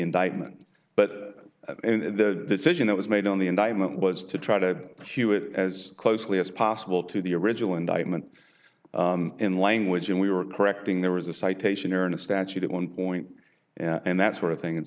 indictment but the decision that was made on the indictment was to try to hew it as closely as possible to the original indictment in language and we were correcting there was a citation or an a statute at one point and that sort of thing and